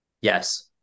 Yes